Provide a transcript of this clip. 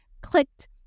clicked